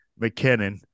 McKinnon